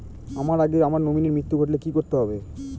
আমার আগে আমার নমিনীর মৃত্যু ঘটলে কি করতে হবে?